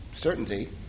certainty